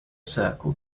circle